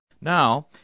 Now